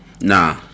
Nah